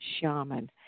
shaman